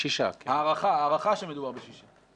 ההערכה שמדובר בשישה.